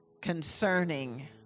concerning